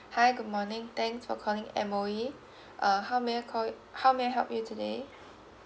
hi good morning thanks for calling M_O_E uh how may I call you how may I help you today